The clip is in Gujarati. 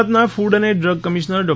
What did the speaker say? ગુજરાતના કૃડ એન્ડ ડ્રગ કમિશ્નર ડૉ